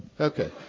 Okay